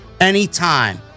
anytime